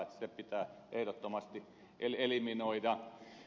se pitää ehdottomasti eliminoida